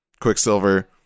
Quicksilver